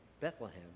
Bethlehem